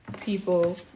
people